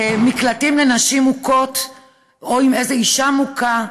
במקלטים לנשים מוכות או עם איזו אישה מוכה,